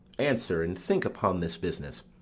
answer, and think upon this business.